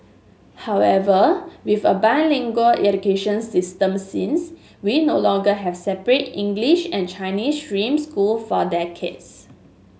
however with a bilingual education system since we no longer have separate English and Chinese stream school for decades